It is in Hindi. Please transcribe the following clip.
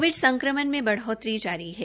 कोविड संक्रमण में बढोतरी जारी है